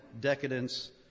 decadence